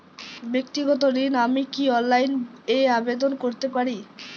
ব্যাক্তিগত ঋণ আমি কি অনলাইন এ আবেদন করতে পারি?